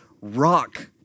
rock